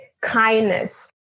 kindness